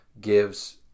gives